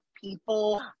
people